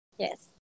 Yes